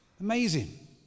Amazing